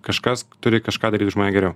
kažkas turi kažką daryt už mane geriau